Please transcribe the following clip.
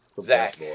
Zach